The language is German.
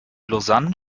lausanne